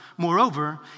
Moreover